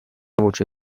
voce